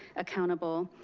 accountable,